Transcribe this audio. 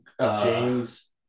James